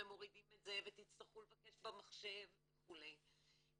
ומורידים את זה ותצטרכו לבקש במחשב, וכולי.